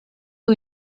who